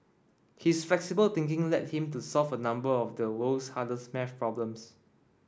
his flexible thinking led him to solve a number of the world's hardest maths problems